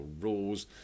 rules